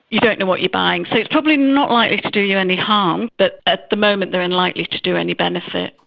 you don't know what you're buying. so it's probably not likely to do you any harm, but at the moment they're unlikely to do any benefit.